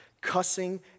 cussing